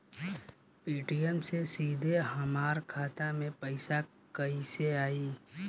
Paytm से सीधे हमरा खाता मे पईसा कइसे आई?